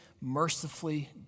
mercifully